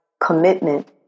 commitment